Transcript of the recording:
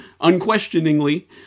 unquestioningly